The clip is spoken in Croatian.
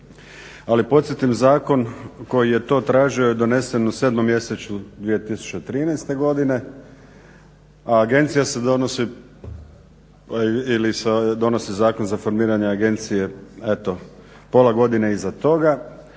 ali podsjetim, zakon koji je to tražio je donesen u 7. mjesecu 2013. godine, a agencije se donese ili donosi Zakon za formiranje agencije, eto pola godine iza toga.